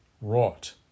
wrought